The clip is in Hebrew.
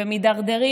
ומידרדרים,